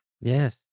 Yes